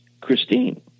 Christine